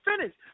finish